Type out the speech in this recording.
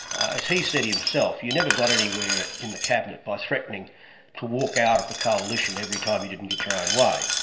as he said himself, you never got anywhere in the cabinet by threatening to walk out of the coalition every time you didn't get your own way.